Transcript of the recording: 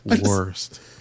worst